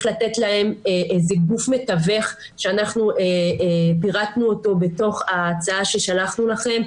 לתת להם גוף מתווך שאנחנו פירטנו אותו בתוך ההצעה ששלחנו לכם.